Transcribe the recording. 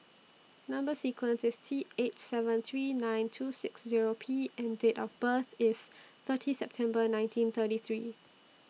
Number sequence IS T eight seven three nine two six Zero P and Date of birth IS thirty September nineteen thirty three